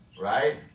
right